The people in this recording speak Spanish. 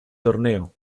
torneo